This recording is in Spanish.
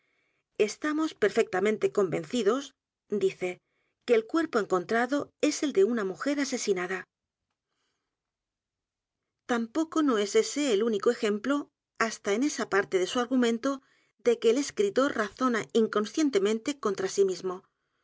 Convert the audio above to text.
estamos perfectamente convencidos dice que el cuerpo encontrado es el de una mujer asesinada tampoco no es ese el único ejemplo hasta en esta parte de su argumento de que el escritor razona inconscientemente contra sí mismo